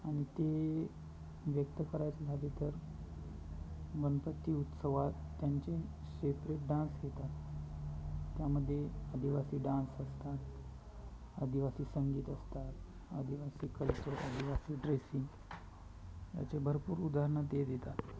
आणि ते व्यक्त करायचं झाले तर गणपती उत्सवात त्यांचे सेपरेट डान्स घेतात त्यामध्ये आदिवासी डान्स असतात आदिवासी संगीत असतात आदिवासी कल्चर आदिवासी ड्रेसिंग याचे भरपूर उदाहरणं ते देतात